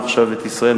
מחשבת ישראל,